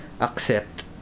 accept